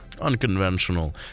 unconventional